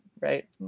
right